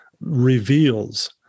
reveals